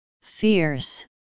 Fierce